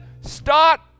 start